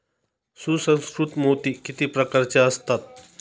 सुसंस्कृत मोती किती प्रकारचे असतात?